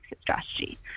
strategy